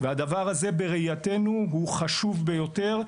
הדבר הזה בראייתנו הוא חשוב ביותר.